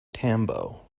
tambo